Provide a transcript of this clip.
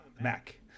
MAC